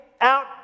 out